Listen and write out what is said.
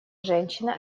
женщина